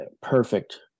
perfect